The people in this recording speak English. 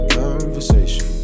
conversation